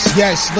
yes